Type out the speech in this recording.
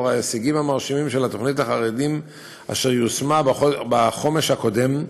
לאור ההישגים המרשימים של התוכנית לחרדים אשר יושמה בחומש הקודם,